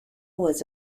was